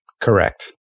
Correct